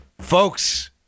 Folks